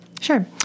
Sure